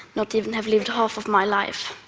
not even have lived half of my life.